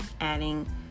adding